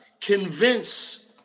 convince